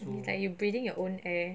it's like you breathing your own air